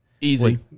Easy